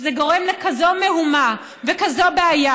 שזה גורם לכזאת מהומה וכזאת בעיה,